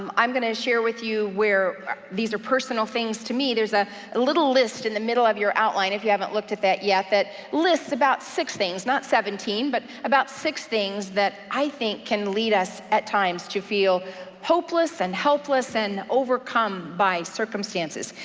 um i'm gonna share with you where these are personal things to me. there's a little list in the middle of your outline if you haven't looked at that yet that lists about six things, not seventeen, but about six things that i think can lead us at times to feel hopeless, and helpless, and overcome by circumstances.